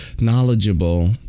knowledgeable